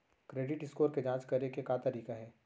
Credit score के जाँच करे के का तरीका हे?